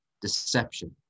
deception